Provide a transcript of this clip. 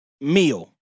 meal